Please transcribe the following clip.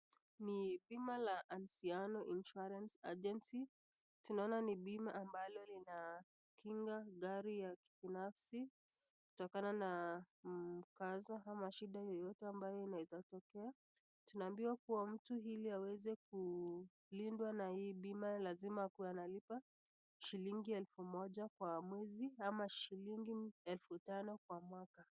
Ni bima la Anciano Insurance Agency. Tunaona ni bima ambalo linakinga gari ya kibinafsi, kutokana na mkasa ama shida yoyote ambayo inaweza tokea. Tunaambiwa kuwa mtu ili aweze kulindwa na hii bima lazima akuwe analipa shilingi elfu moja kwa mwezi ama shilingi elfu tano kwa mwaka.